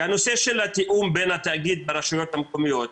היא הנושא של התיאום בין התאגיד ברשויות המקומיות.